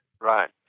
Right